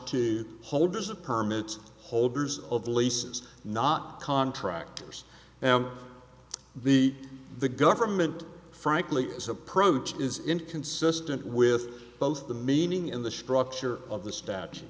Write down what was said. to holders of permits holders of leases not contractors and the the government frankly this approach is inconsistent with both the meaning in the structure of the statu